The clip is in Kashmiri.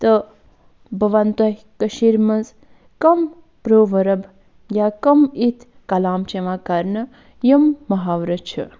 تہٕ بہٕ وَنہٕ تۄہہِ کٔشیٖر منٛز کَم پروؤرٕب یا کَم یِتھ کَلام چھِ یِوان کرنہٕ یِم محاورٕ چھِ